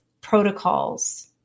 protocols